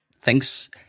Thanks